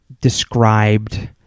described